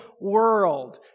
world